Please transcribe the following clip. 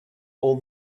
all